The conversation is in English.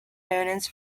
donuts